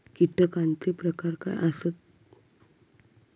कीटकांचे प्रकार काय आसत?